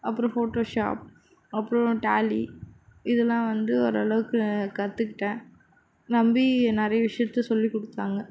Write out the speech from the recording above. அப்புறம் போட்டோஷாப் அப்புறம் டாலி இதல்லாம் வந்து ஓரளவுக்கு கற்றுக்கிட்டேன் நம்பி நிறைய விஷயத்தை சொல்லி கொடுத்தாங்க